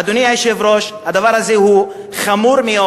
אדוני היושב-ראש, הדבר הזה חמור מאוד,